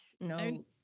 No